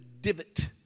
divot